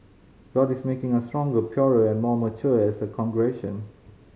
god is making us stronger purer and more mature as a congregation